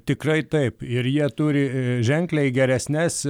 tikrai taip ir jie turi ženkliai geresnes